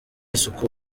isuku